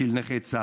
נכי צה"ל.